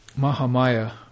Mahamaya